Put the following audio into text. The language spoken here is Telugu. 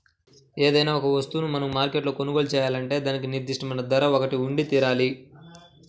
ఏదైనా ఒక వస్తువును మనం మార్కెట్లో కొనుగోలు చేయాలంటే దానికి నిర్దిష్టమైన ధర ఒకటి ఉండితీరాలి